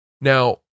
Now